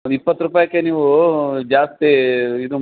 ಒಂದು ಇಪ್ಪತ್ತು ರೂಪಾಯಿಕ್ಕೆ ನೀವು ಜಾಸ್ತಿ ಇದು